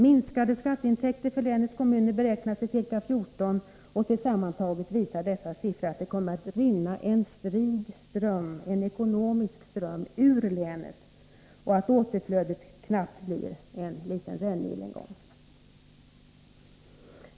Minskade skatteintäkter för länets kommuner beräknas till ca 14 miljoner. Tillsammantaget visar dessa siffror att det kommer att rinna en strid ekonomisk ström ur länet och att återflödet knappt blir en liten rännil.